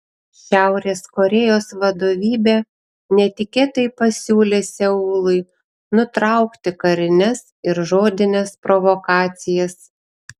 šiaurės korėjos vadovybė netikėtai pasiūlė seului nutraukti karines ir žodines provokacijas